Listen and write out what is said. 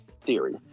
theory